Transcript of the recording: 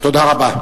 תודה רבה.